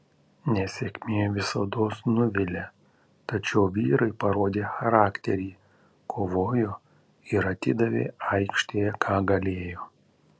nesėkmė visados nuvilia tačiau vyrai parodė charakterį kovojo ir atidavė aikštėje ką galėjo